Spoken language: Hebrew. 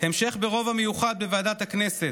המשך ברוב המיוחד בוועדת הכנסת,